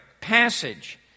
passage